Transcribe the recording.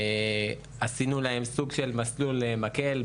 עשינו להם מסלול מקל,